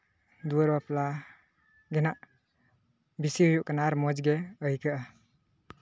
ᱫᱩᱣᱟᱨ ᱵᱟᱯᱞᱟ ᱜᱮ ᱦᱟᱸᱜ ᱵᱮᱥᱤ ᱦᱩᱭᱩᱜ ᱠᱟᱱᱟ ᱟᱨ ᱢᱚᱡᱽ ᱜᱮ ᱟᱹᱭᱠᱟᱹᱜᱼᱟ